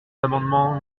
l’amendement